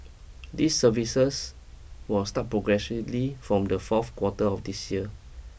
these services will start progressively from the fourth quarter of this year